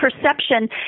perception